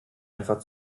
einfach